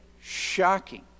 shocking